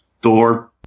Thor